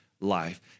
life